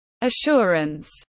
assurance